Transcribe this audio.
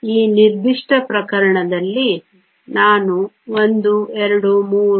ಈ ನಿರ್ದಿಷ್ಟ ಪ್ರಕರಣದಲ್ಲಿ ನಾನು 1 2 3